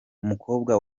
umukobwa